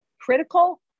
critical